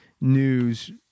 news